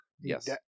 Yes